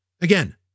Again